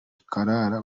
karara